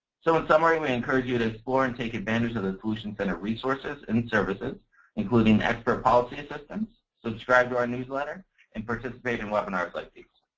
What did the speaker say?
so, in summary we encourage you to explore and take advantage of the solutions center resources and services including the expert policy assistance, subscribed to our newsletter and participate in webinars like this.